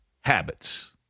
habits